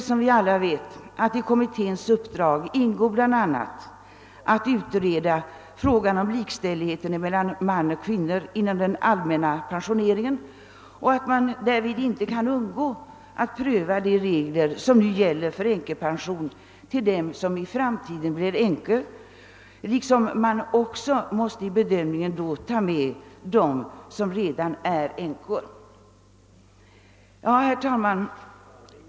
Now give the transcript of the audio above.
Utskottet skriver också att i kommitténs uppdrag ingår att utreda frågan om likställighet mellan man och kvinna i den allmänna pensioneringen samt att kommittén i det sam manhanget inte kan undgå att också pröva de regler som gäller för pension åt dem som i framtiden blir änkor och att kommittén vid den bedömningen också kommer att ta hänsyn till dem som redan är änkor.